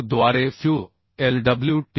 द्वारे fu Lw T